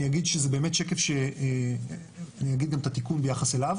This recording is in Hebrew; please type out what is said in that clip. אני אגיד גם את התיקון ביחס אליו,